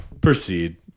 proceed